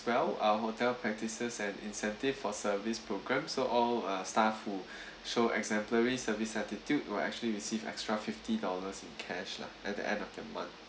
well our hotel practices and incentive for service programs so all our staff who show exemplary service attitude will actually receive extra fifty dollars in cash lah at the end of the month